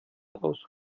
aus